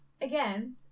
again